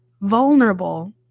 vulnerable